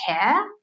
care